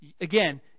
again